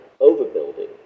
overbuilding